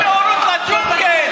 הוא יביא נאורות לג'ונגל.